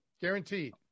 Guaranteed